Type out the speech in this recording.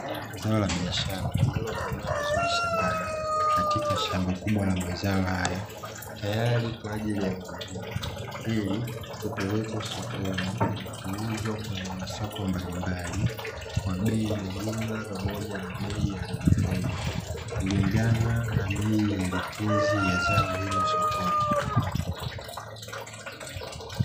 Zao la biashara lililokomaa vizuri shambani katika shamba kubwa la mazao hayo, tayari kwa ajili ya kuvunwa ili kupelekwa sokoni kuuzwa kwenye masoko mbalimbali kwa bei ya jumla pamoja na bei ya rejareja, kulingana na bei elekezi ya zao hilo sokoni.